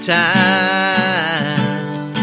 time